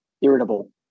irritable